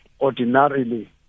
ordinarily